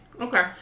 Okay